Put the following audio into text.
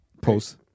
Post